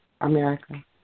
America